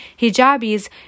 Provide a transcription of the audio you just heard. hijabis